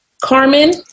Carmen